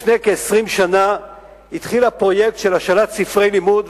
לפני כ-20 שנה התחיל הפרויקט של השאלת ספרי לימוד,